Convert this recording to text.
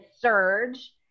surge